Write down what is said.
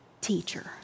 teacher